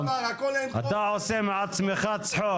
-- אתה עושה מעצמך צחוק.